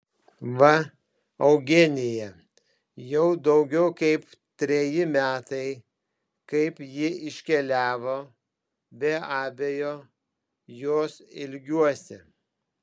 va eugenija jau daugiau kaip treji metai kaip ji iškeliavo be abejo jos ilgiuosi